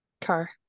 Car